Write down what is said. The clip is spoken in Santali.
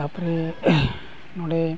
ᱛᱟᱨᱯᱚᱨᱮ ᱱᱚᱰᱮ